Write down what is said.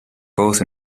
both